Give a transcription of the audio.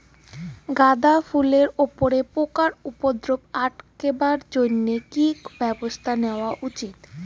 গাঁদা ফুলের উপরে পোকার উপদ্রব আটকেবার জইন্যে কি ব্যবস্থা নেওয়া উচিৎ?